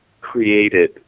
created